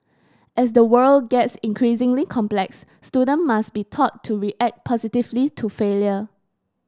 as the world gets increasingly complex student must be taught to react positively to failure